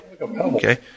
Okay